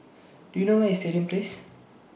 Do YOU know Where IS Stadium Place